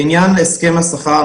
לעניין הסכם השכר,